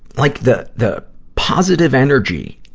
like the, the positive energy,